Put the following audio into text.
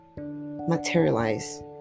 materialize